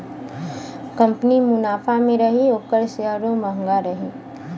company मुनाफा मे रही ओकर सेअरो म्हंगा रही